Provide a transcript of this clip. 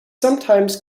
sometimes